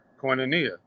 koinonia